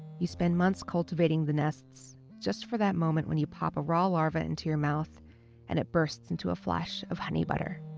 you spend months cultivating the nests just for that moment when you pop a raw larvae into your mouth and it bursts into a flash of honey butter